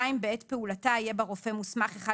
בעת פעולתה יהיה בה רופא מוסמך אחד